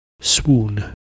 Swoon